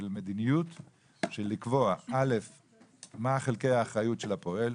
המדיניות ולקבוע: מהם חלקי האחריות של הפועל?